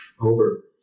over